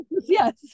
yes